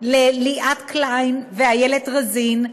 לליאת קליין ואיילת רזין,